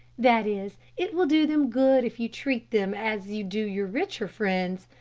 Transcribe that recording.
that is, it will do them good if you treat them as you do your richer friends.